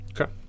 Okay